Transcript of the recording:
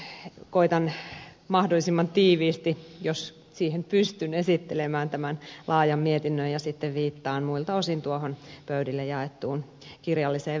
koetan mahdollisimman tiiviisti jos siihen pystyn esitellä tämän laajan mietinnön ja viittaan muilta osin tuohon pöydille jaettuun kirjalliseen versioon